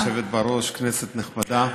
כבוד היושבת בראש, כנסת נכבדה,